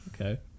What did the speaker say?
Okay